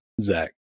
Zach